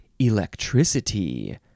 electricity